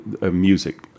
music